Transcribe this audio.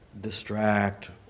distract